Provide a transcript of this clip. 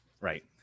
Right